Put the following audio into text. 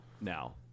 now